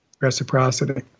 reciprocity